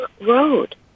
road